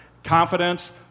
confidence